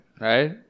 right